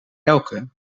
elke